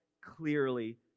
clearly